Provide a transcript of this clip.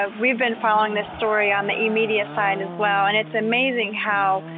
um we've been following this story on the e-media side as well and it's amazing how,